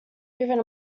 even